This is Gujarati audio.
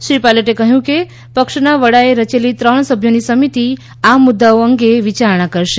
શ્રી સચીન પાયલટે કહ્યું કે પક્ષના વડાએ રચેલી ત્રણ સભ્યોની સમિતિ આ મુદ્દાઓ અંગે વિચારણા કરશે